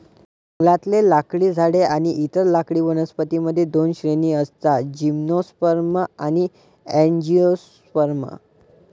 जंगलातले लाकडी झाडे आणि इतर लाकडी वनस्पतीं मध्ये दोन श्रेणी असतातः जिम्नोस्पर्म आणि अँजिओस्पर्म